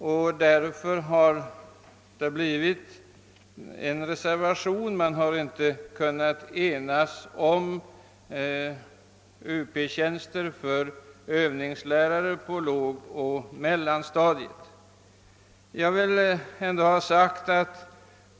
Men inom utskottet har vi inte kunnat enas om inrättandet av Uptjänster för övningslärare på lågoch mellanstadiet, varför reservationen 1 avgivits.